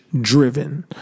driven